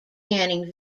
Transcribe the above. canning